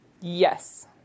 Yes